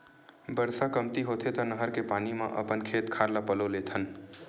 बरसा कमती होथे त नहर के पानी म अपन खेत खार ल पलो लेथन